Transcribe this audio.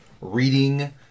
reading